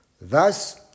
Thus